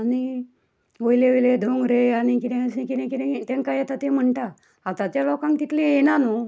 आनी वयले वयले दोंगरे आनी कितें अशें कितें कितें तांकां येता तें म्हणटा आवतांच्या लोकांक तितली येयना न्हय